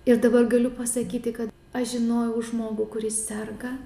ir dabar galiu pasakyti kad aš žinojau žmogų kuris serga